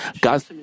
God